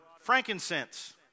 frankincense